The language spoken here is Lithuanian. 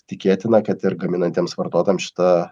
tikėtina kad ir gaminantiems vartotojams šita